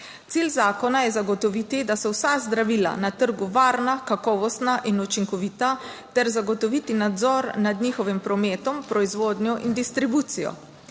Cilj zakona je zagotoviti, da so vsa zdravila na trgu varna, kakovostna in učinkovita ter zagotoviti nadzor nad njihovim prometom, proizvodnjo in distribucijo.